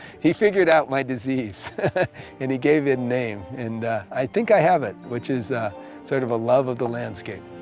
he figured out my disease and he gave it a name, and i think i have it, which is a sort of a love of the landscape.